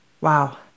Wow